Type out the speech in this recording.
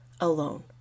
alone